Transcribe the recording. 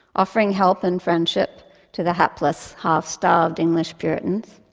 offering help and friendship to the hapless, half starved english puritans.